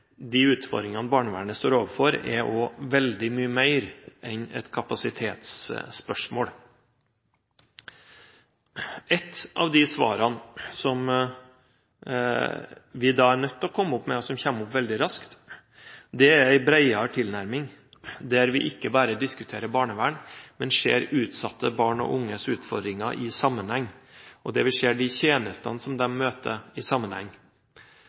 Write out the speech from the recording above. de utfordringene barnevernet står overfor, er også veldig mye mer enn et kapasitetsspørsmål. Ett av de svarene som kommer opp veldig raskt, er en bredere tilnærming, der vi ikke bare diskuterer barnevern, men ser utsatte barn og unges utfordringer i sammenheng, og ser de tjenestene de møter, i sammenheng.